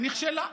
ונכשלה.